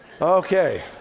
Okay